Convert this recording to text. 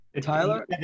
Tyler